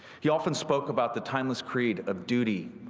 he often spoke about the timeless create of beauty,